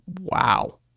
Wow